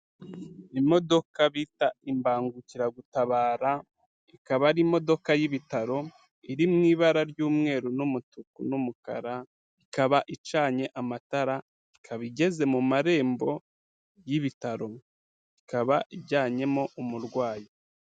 Imodoka bita imbangukiragutabara, ikaba ari imodoka y'ibitaro iri mu ibara ry'umweru n'umutuku n'umukara, ikaba icanye amatara ikaba igeze mu marembo y'ibitaro ikaba ijyanyemo umurwayi.